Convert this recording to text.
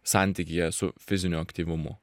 santykyje su fiziniu aktyvumu